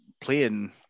playing